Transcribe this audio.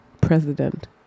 president